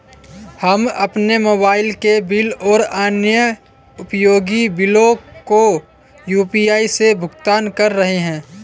हम अपने मोबाइल के बिल और अन्य उपयोगी बिलों को यू.पी.आई से भुगतान कर रहे हैं